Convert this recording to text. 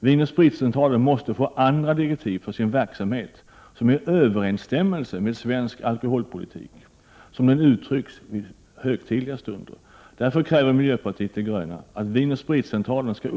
Vin & Spritcentralen måste få andra direktiv för sin verksamhet, direktiv som står i överensstämmelse med svensk alkoholpolitik som den uttrycks vid högtidliga stunder.